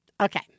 Okay